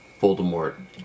Voldemort